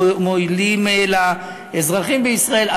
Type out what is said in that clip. מועילים לאזרחים בישראל,